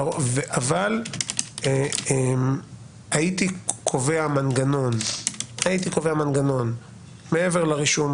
אבל הייתי קובע מנגנון מעבר לרישום